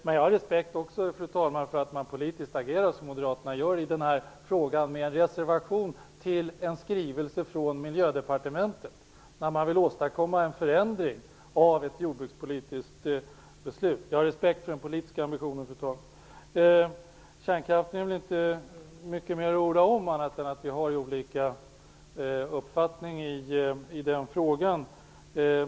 Men jag har också respekt, fru talman, för att man politiskt agerar som Moderaterna gör i den här frågan med en reservation till en skrivelse från Miljödepartementet när man vill åstadkomma en förändring av ett jordbrukspolitiskt beslut. Jag har respekt för den politiska ambitionen. Kärnkraften är väl inte mycket mer att orda om, annat än att konstatera att vi har olika uppfattning i den frågan.